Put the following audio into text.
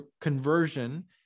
conversion